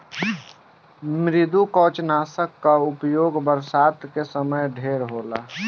मृदुकवचनाशक कअ उपयोग बरसात के समय ढेर होला